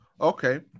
Okay